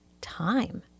time